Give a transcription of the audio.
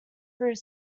through